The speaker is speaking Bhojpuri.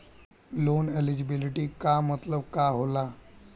लोन एलिजिबिलिटी का मतलब का होला?